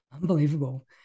Unbelievable